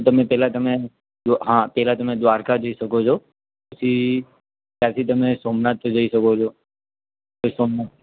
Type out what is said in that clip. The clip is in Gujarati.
તમને પહેલાં તમે હા પહેલાં તમે દ્વારકા જઈ શકો છો પછી ત્યાંથી તમે સોમનાથ બી જઈ શકો છો સોમનાથ